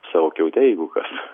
savo kiaute jeigu kas